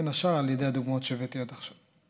בין השאר על ידי הדוגמאות שהבאתי עד עכשיו.